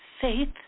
faith